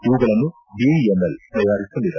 ಇವುಗಳನ್ನು ಬಿಇಎಂಎಲ್ ತಯಾರಿಸಲಿದೆ